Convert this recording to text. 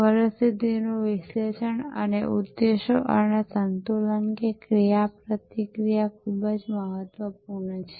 પરિસ્થિતિનું વિશ્લેષણ અને ઉદ્દેશ્યો અને તે સંતુલન કે ક્રિયાપ્રતિક્રિયા ખૂબ જ મહત્વપૂર્ણ છે